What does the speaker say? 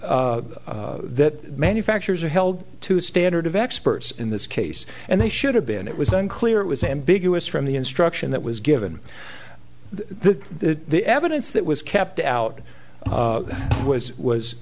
that manufacturers are held to a standard of experts in this case and they should have been it was unclear it was ambiguous from the instruction that was given the the evidence that was kept out was was